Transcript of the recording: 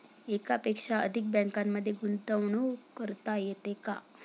एकापेक्षा अधिक बँकांमध्ये गुंतवणूक करता येते का?